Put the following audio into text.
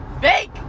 fake